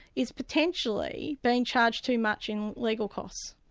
is potentially being charged too much in legal costs.